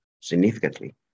significantly